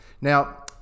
now